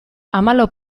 hamalau